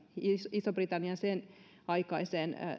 ison britannian sen aikaiseen